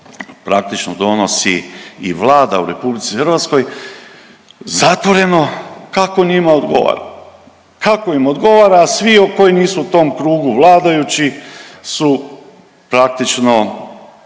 praktično donosi i Vlada u RH, zatvoreno, kako njima odgovara, a svi o koji nisu u tom krugu vladajući su praktično